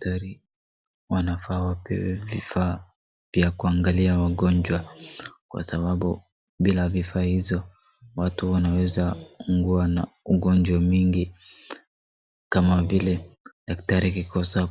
Daktari wanafaa wapewe vifaa vya kuangalia wagonjwa ,kwa sababu bila vifaa hizo watu wanaweza ungua na ugonjwa mingi kama vile daktari akikosa